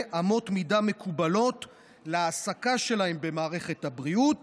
אמות מידה מקובלות להעסקה שלהם במערכת הבריאות